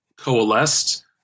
coalesced